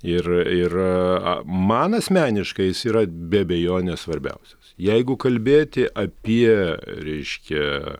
ir ir man asmeniškai jis yra be abejonės svarbiausias jeigu kalbėti apie reiškia